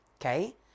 Okay